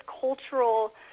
cultural